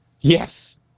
Yes